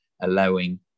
allowing